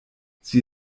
sie